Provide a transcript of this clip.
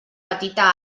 petita